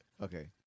Okay